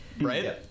right